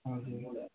हजुर